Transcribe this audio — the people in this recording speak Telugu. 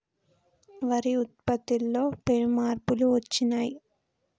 వరి ఉత్పత్తిలో పెను మార్పులు వచ్చినాయ్